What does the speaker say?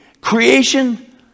Creation